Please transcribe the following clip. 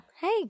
Hey